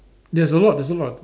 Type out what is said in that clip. there's a lot there's a lot